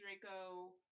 draco